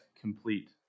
complete